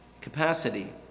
capacity